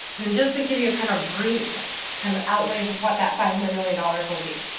and just to give you a kind of brief kind of outlay of of what that five hundred million dollars will be,